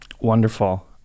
Wonderful